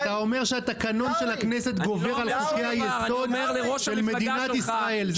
אתה אומר שהתקנון של הכנסת גובר על חוקי-היסוד של מדינת ישראל.